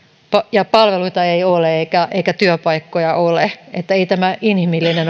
mutta palveluita ei ole eikä eikä työpaikkoja ole ei tämä inhimillinen